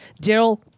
Daryl